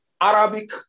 Arabic